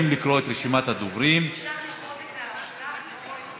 היושב-ראש, אפשר לראות רשימת הדוברים?